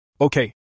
Okay